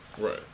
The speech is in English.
Right